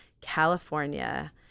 california